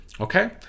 okay